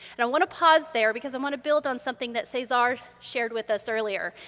and i want to pause there because i want to build on something that cesar shared with us earlier.